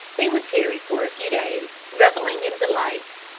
they would tarry for a few days, reveling in delights,